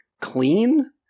clean